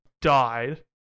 died